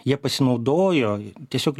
jie pasinaudojo tiesiog